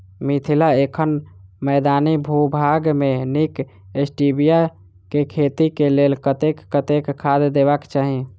मिथिला एखन मैदानी भूभाग मे नीक स्टीबिया केँ खेती केँ लेल कतेक कतेक खाद देबाक चाहि?